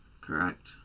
Correct